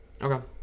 Okay